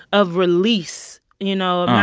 of release, you know?